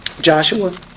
Joshua